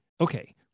okay